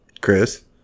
chris